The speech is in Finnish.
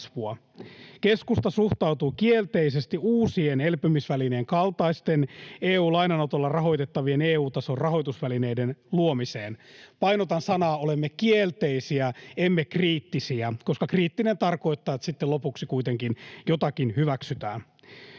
Keskusta suhtautuu kielteisesti uusien elpymisvälineen kaltaisten, EU-lainanotolla rahoitettavien EU-tason rahoitusvälineiden luomiseen. Painotan sanoja ”olemme kielteisiä, emme kriittisiä”, koska kriittinen tarkoittaa, että sitten lopuksi kuitenkin jotakin hyväksytään.